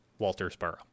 Waltersboro